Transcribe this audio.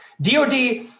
DOD